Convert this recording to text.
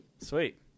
Sweet